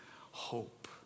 hope